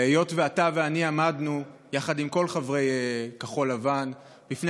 והיות שאתה ואני עמדנו יחד עם כל חברי כחול לבן לפני